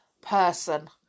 person